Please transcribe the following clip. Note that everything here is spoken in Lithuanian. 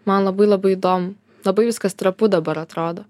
man labai labai įdomu labai viskas trapu dabar atrodo